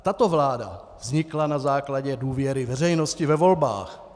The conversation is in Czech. Tato vláda vznikla na základě důvěry veřejnosti ve volbách.